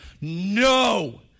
no